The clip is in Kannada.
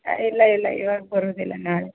ಇಲ್ಲ ಇಲ್ಲ ಇವಾಗ ಬರೋದಿಲ್ಲ ನಾಳೆ